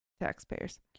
taxpayers